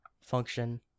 function